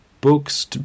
books